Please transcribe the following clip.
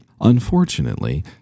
Unfortunately